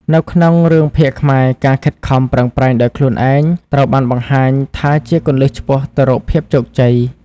នៅក្នុងរឿងភាគខ្មែរ ការខិតខំ ប្រឹងប្រែងដោយខ្លួនឯងត្រូវបានបង្ហាញថាជាគន្លឹះឆ្ពោះទៅរកភាពជោគជ័យ ។